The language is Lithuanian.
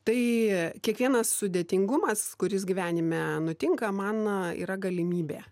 tai kiekvienas sudėtingumas kuris gyvenime nutinka man yra galimybė